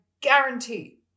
guarantee